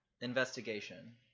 investigation